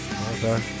Okay